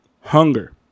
hunger